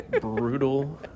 brutal